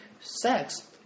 sex